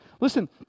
Listen